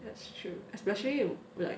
that's true especially if you like